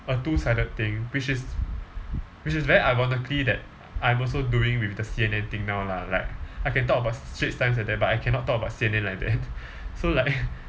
a two sided thing which is which is very ironically that I'm also doing with the C_N_N thing now lah like I can talk about straits time like that but I cannot talk about C_N_N like that so like